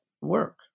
work